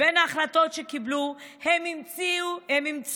בין ההחלטות שקיבלו הם אימצו,